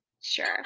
sure